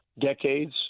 decades